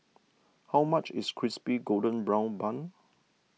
how much is Crispy Golden Brown Bun